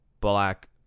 black